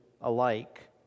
alike